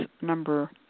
number